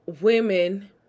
women